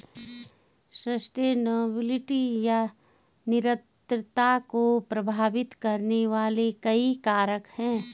sustainability या निरंतरता को प्रभावित करने वाले कई कारक हैं